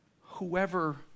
whoever